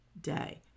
day